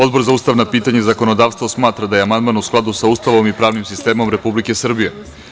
Odbor za ustavna pitanja i zakonodavstvo, smatra da je amandman u skladu sa Ustavom i pravnim sistemom Republike Srbije.